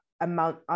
amount